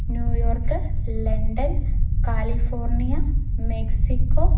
New York London California Mexico